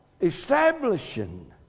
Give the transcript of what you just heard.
establishing